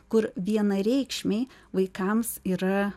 kur vienareikšmiai vaikams yra